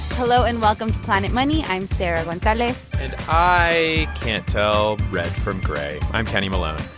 hello, and welcome to planet money. i'm sarah gonzalez and i can't tell red from gray. i'm kenny malone.